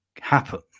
happen